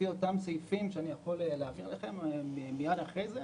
לפי אותם סעיפים שאני יכול להעביר לכם מיד אחרי הדיון